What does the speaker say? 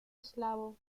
eslavo